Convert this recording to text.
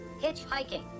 hitchhiking